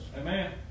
Amen